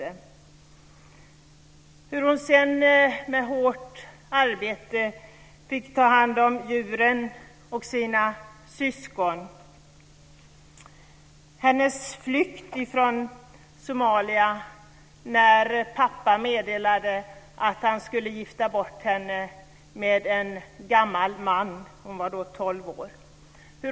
Sedan berättar hon hur hon med hårt arbete fick ta hand om djuren och sina syskon och om sin flykt från Somalia när pappan meddelade att han skulle gifta bort henne med en gammal man. Hon var då tolv år.